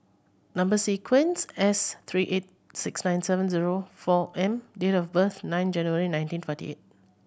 number sequence S three eight six nine seven zero four M date of birth nine January nineteen forty eight